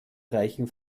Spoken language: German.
reichen